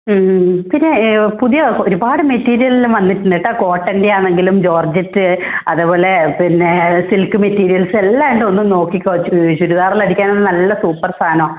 പിന്നെ പുതിയ ഒരുപാട് മെറ്റീരിയൽ വന്നിട്ടുണ്ട് കേട്ടോ കോട്ടണിൻ്റെ ആണെങ്കിലും ജോർജെറ്റ് അതുപോലെ പിന്നെ സിൽക്ക് മെറ്റീരിയൽസും എല്ലാം ഉണ്ട് ഒന്നു നോക്കിക്കോ ചുരിദാറെല്ലാം അടിക്കാൻ നല്ല സൂപ്പർ സാധനമാണ്